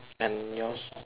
and yours